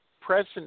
present